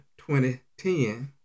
2010